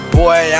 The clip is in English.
boy